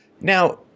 Now